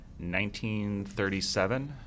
1937